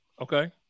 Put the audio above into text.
okay